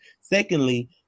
Secondly